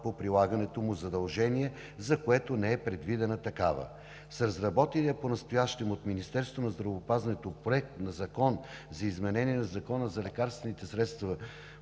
по прилагането му задължение, за което не е предвидена такава. С разработения понастоящем от Министерството на здравеопазването Законопроект за изменение на Закона за лекарствените средства